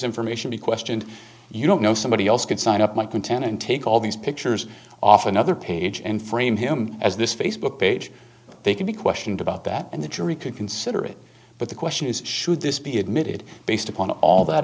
information be questioned you don't know somebody else could sign up my content and take all these pictures off another page and frame him as this facebook page they can be questioned about that and the jury could consider it but the question is should this be admitted based upon all that